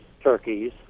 turkeys